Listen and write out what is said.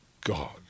God